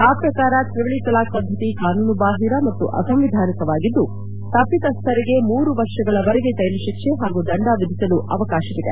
ಆ ಪ್ರಕಾರ ತ್ರಿವಳಿ ತಲಾಖ್ ಪದ್ದತಿ ಕಾನೂನುಬಾಹಿರ ಮತ್ತು ಅಸಂವಿಧಾನಿಕವಾಗಿದ್ದು ತಪ್ಪಿತಸ್ಡರಿಗೆ ಮೂರು ವರ್ಷಗಳವರೆಗೆ ಜೈಲು ಶಿಕ್ಷೆ ಹಾಗೂ ದಂಡ ವಿಧಿಸಲು ಅವಕಾಶವಿದೆ